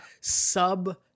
sub